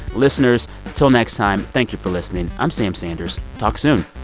listeners, until next time, thank you for listening. i'm sam sanders. talk soon